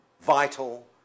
vital